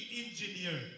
engineer